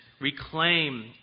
reclaim